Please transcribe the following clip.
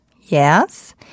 Yes